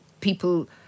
people